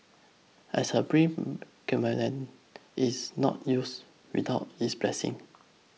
as a predicament it's not youth without its blessing